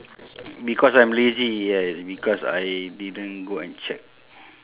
because I'm lazy ya it's because I didn't go and check